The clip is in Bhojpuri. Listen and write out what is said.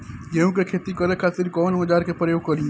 गेहूं के खेती करे खातिर कवन औजार के प्रयोग करी?